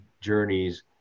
journeys